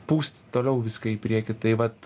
pūsti toliau viską į priekį tai vat